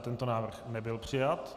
Tento návrh nebyl přijat.